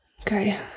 Okay